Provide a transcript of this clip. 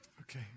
okay